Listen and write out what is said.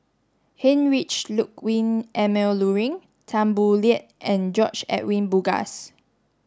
Heinrich Ludwig Emil Luering Tan Boo Liat and George Edwin Bogaars